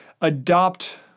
adopt